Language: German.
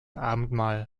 abendmahl